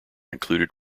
included